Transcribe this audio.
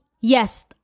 yes